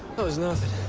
that was nothing.